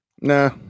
Nah